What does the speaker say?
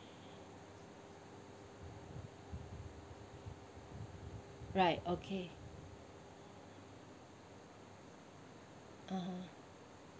right okay (uh huh)